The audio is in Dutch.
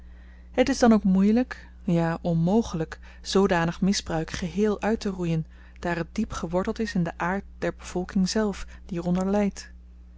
het is dan ook moeielyk ja onmogelyk zoodanig misbruik geheel uitteroeien daar het diep geworteld is in den aard der bevolking zelf die er onder lydt